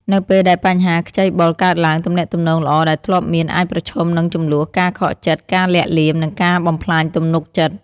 នៅពេលដែលបញ្ហាខ្ចីបុលកើតឡើង ទំនាក់ទំនងល្អដែលធ្លាប់មានអាចប្រឈមនឹង ជម្លោះ ការខកចិត្ត ការលាក់លៀម និងការបំផ្លាញទំនុកចិត្ត។